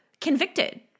convicted